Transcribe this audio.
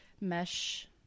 mesh